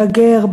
בגר,